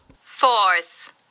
Fourth